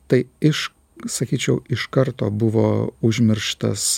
tai iš sakyčiau iš karto buvo užmirštas